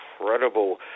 incredible